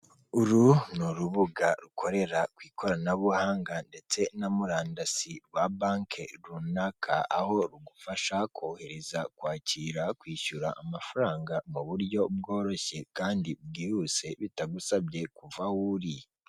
Uru ni urubuga rukorera ku ikoranabuhanga ndetse na murandasi rwa banki runaka, aho rugufasha kohereza, kwakira, kwishyura amafaranga mu buryo bworoshye kandi bwihuse bitagusabye kuva aho uri.